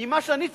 מה שאני ציפיתי,